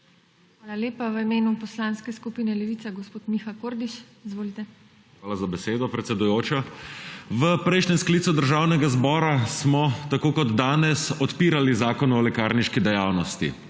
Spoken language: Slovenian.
Hvala lepa. V imenu Poslanske skupine Levica gospod Miha Kordiš. Izvolite. **MIHA KORDIŠ (PS Levica):** Hvala za besedo, predsedujoča. V prejšnjem sklicu državnega zbora smo tako kot danes odpirali zakon o lekarniški dejavnosti.